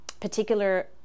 particular